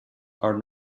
are